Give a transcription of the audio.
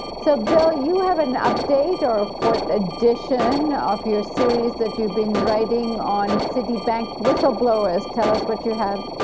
so bill, you have an update, or fourth edition, of your series that you've been writing on citibank whistleblowers. tell us what you have.